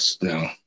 no